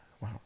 Wow